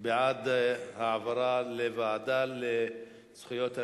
בעד ההעברה לוועדה לזכויות הילד,